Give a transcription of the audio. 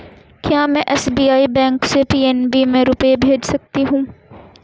क्या में SBI bank से पी.एन.बी में रुपये भेज सकती हूँ?